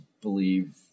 believe